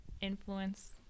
influence